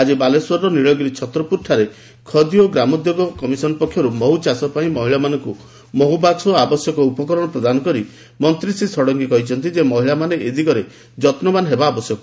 ଆକି ବାଲେଶ୍ୱର କିଲ୍ଲାର ନୀଳଗିରି ଛତ୍ରପୁରଠାରେ ଖଦି ଓ ଗ୍ରାମୋଦ୍ୟୋଗ କମିଶନ ପକ୍ଷରୁ ମହୁ ଚାଷ ପାଇଁ ମହିଳାମାନଙ୍କୁ ମହୁବାକୁ ଆବଶ୍ୟକ ଉପକରଣ ପ୍ରଦାନ କରି ମନ୍ତୀ ଶ୍ରୀ ଷଡଙ୍ଗୀ କହିଛନ୍ତି ଯେ ମହିଳାମାନେ ଏ ଦିଗରେ ଯତ୍ବାନ ହେବା ଆବଶ୍ୟକ